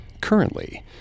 Currently